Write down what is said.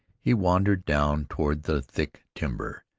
he wandered down toward the thick timber,